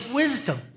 wisdom